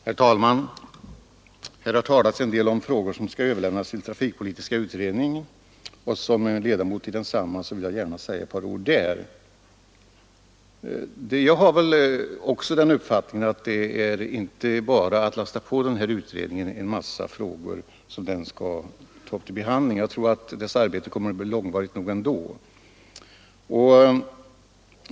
Herr talman! Här har talats en del om frågor som kan överlämnas till trafikpolitiska utredningen. Såsom ledamot av den vill jag gärna säga några ord. Jag har också uppfattningen att det inte bara är att lasta på en utredning en mängd frågor som den skall ta upp till behandling. Jag tror att den här utredningens arbete kommer att bli långvarigt nog ändå.